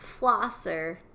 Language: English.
flosser